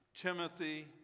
Timothy